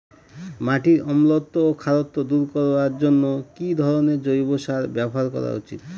মাটির অম্লত্ব ও খারত্ব দূর করবার জন্য কি ধরণের জৈব সার ব্যাবহার করা উচিৎ?